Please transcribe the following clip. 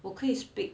我可以 speak